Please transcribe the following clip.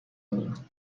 ندارم